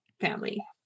family